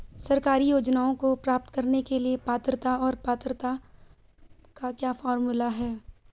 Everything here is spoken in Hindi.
सरकारी योजनाओं को प्राप्त करने के लिए पात्रता और पात्रता का क्या फार्मूला है?